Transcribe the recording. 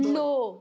नौ